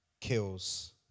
kills